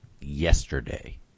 yesterday